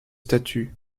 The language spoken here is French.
statuts